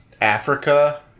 Africa